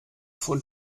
von